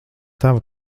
tava